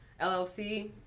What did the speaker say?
LLC